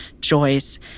Joyce